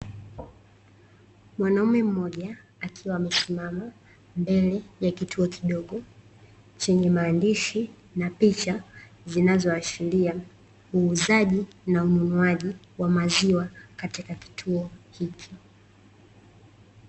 Mwanaume mmoja akiwa amesimama mbele ya kituo kidogo chenye maandishi na picha zinazoashiria uuzaji na ununuaji wa maziwa katika kituo hiki.